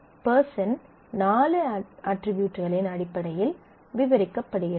person நான்கு அட்ரிபியூட்களின் அடிப்படையில் விவரிக்கப்படுகிறது